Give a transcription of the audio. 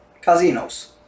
casinos